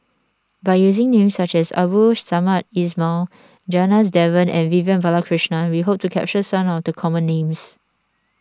by using names such as Abdul Samad Ismail Janadas Devan and Vivian Balakrishnan we hope to capture some of the common names